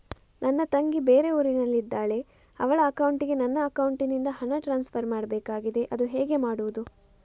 ನನ್ನ ತಂಗಿ ಬೇರೆ ಊರಿನಲ್ಲಿದಾಳೆ, ಅವಳ ಅಕೌಂಟಿಗೆ ನನ್ನ ಅಕೌಂಟಿನಿಂದ ಹಣ ಟ್ರಾನ್ಸ್ಫರ್ ಮಾಡ್ಬೇಕಾಗಿದೆ, ಅದು ಹೇಗೆ ಮಾಡುವುದು?